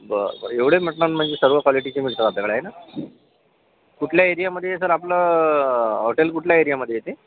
बरं बरं एवढे मटनांमध्ये सर्व क्वालिटीचे मिळतात आपल्याकडे आहे ना कुठल्या एरियामध्ये सर आपलं हॉटेल कुठल्या एरियामध्ये येते